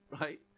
right